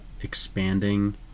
expanding